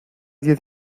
diez